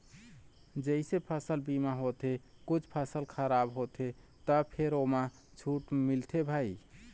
जइसे फसल बीमा होथे कुछ फसल खराब होथे त फेर ओमा छूट मिलथे भई